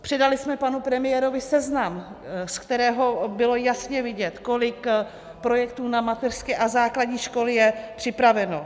Předali jsme panu premiérovi seznam, z kterého bylo jasně vidět, kolik projektů na mateřské a základní školy je připraveno.